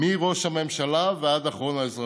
מראש הממשלה ועד אחרון האזרחים.